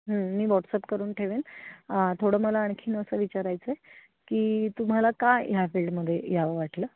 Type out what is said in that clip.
मी WhatsApp करून ठेवेन थोडं मला आणखीन असं विचारायचं आहे की तुम्हाला का ह्या फील्डमध्ये यावं वाटलं